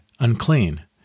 unclean